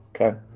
Okay